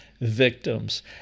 victims